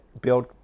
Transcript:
build